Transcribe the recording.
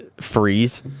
Freeze